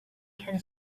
can